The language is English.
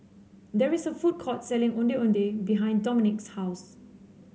there is a food court selling Ondeh Ondeh behind Dominik's house